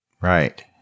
Right